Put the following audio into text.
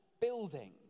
building